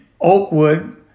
Oakwood